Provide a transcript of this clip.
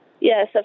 Yes